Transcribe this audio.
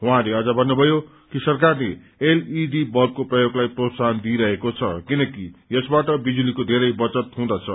उहाँले भन्नुभयो कि सरकारले एलईडी बल्बको प्रयोगलाई प्रोत्साहन दिइरहेको छ किनकि यसबाट बिजुलीको धेरै बचत हुँदछ